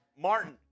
Martin